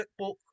workbook